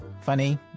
funny